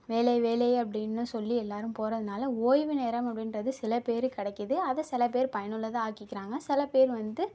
வேலை வேலை அப்படின்னு சொல்லி எல்லோரும் போகிறதுனால ஓய்வு நேரம் அப்படின்றது சில பேருக்கு கிடைக்குது அதை சில பேர் பயனுள்ளதாக ஆக்கிக்கிறாங்க சில பேர் வந்து